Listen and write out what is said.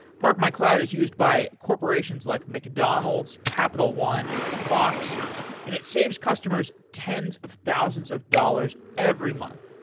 parkmycloud is used by corporations like mcdonald's, capital one and fox and it saves customers tens of thousands of dollars every month.